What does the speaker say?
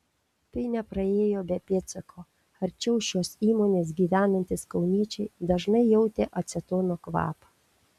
tai nepraėjo be pėdsako arčiau šios įmonės gyvenantys kauniečiai dažnai jautė acetono kvapą